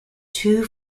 two